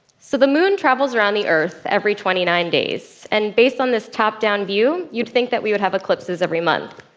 so the moon travels around the earth every twenty nine days. and based on this tapped down view, you'd think that we would have eclipses every month.